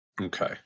Okay